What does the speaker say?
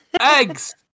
Eggs